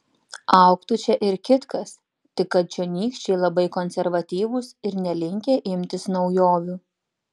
augtų čia ir kitkas tik kad čionykščiai labai konservatyvūs ir nelinkę imtis naujovių